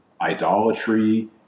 idolatry